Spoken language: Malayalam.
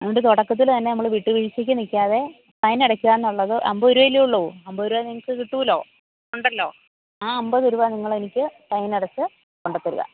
അതുകൊണ്ട് തുടക്കത്തിൽ തന്നെ നമ്മൾ വിട്ടുവീഴ്ചയ്ക്ക് നിൽക്കാതെ ഫൈൻ അടയ്ക്കുക എന്നുള്ളത് അമ്പത് രൂപയല്ലേ ഉള്ളൂ അമ്പത് രൂപ നിങ്ങൾക്ക് കിട്ടുമല്ലോ ഉണ്ടല്ലോ ആ അമ്പത് രൂപ നിങ്ങൾ എനിക്ക് ഫൈൻ അടച്ചു കൊണ്ട് തരിക